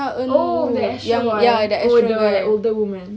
oh the astro ah older like older woman